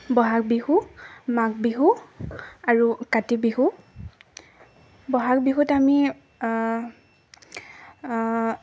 বহাগ বিহু মাঘ বিহু আৰু কাতি বিহু বহাগ বিহুত আমি